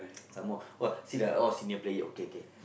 some more see like senior player okay okay